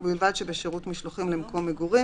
ובלבד שבשירות משלוחים למקום מגורים,